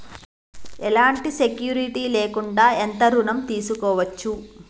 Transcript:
ఎలాంటి సెక్యూరిటీ లేకుండా ఎంత ఋణం తీసుకోవచ్చు?